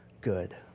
good